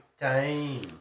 time